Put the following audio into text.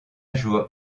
jour